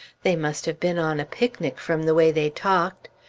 they must have been on a picnic, from the way they talked.